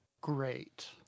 great